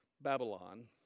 Babylon